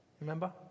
Remember